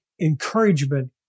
encouragement